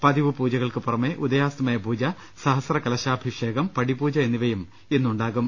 പതിവ് പൂജകൾക്കുപുറമെ ഉദയാസ്തമയ പൂജ സഹസ്ര കലശാഭിഷേകം പടി പൂജ എന്നിവയും ഇന്ന് ഉണ്ടാകും